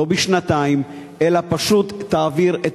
לא תאריך את